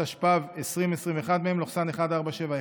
התשפ"ב 2021, מ/1471,